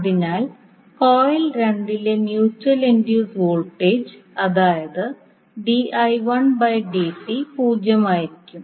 അതിനാൽ കോയിൽ 2 ലെ mutual induced voltage അതായത് പൂജ്യമായിരിക്കും